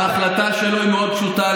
ההחלטה שלו היא מאוד פשוטה,